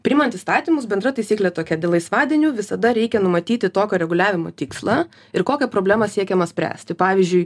priimant įstatymus bendra taisyklė tokia dėl laisvadienių visada reikia numatyti tokio reguliavimo tikslą ir kokią problemą siekiama spręsti pavyzdžiui